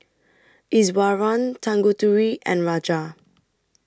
Iswaran Tanguturi and Raja